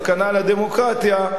"סכנה לדמוקרטיה",